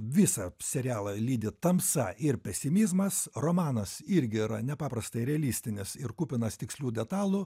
visą serialą lydi tamsa ir pesimizmas romanas irgi yra nepaprastai realistinis ir kupinas tikslių detalų